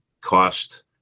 cost